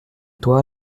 toi